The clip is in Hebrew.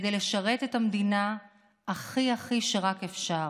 כדי לשרת את המדינה הכי הכי שרק אפשר.